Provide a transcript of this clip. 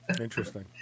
Interesting